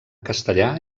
castellà